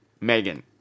Megan